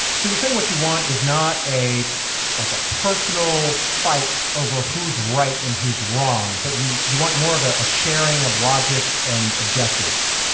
so you're saying what you want is not a like a personal fight over who's right and who's wrong, but you you want more of ah a sharing of logic and objectives?